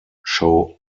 show